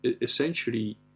essentially